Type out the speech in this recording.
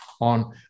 on